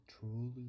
truly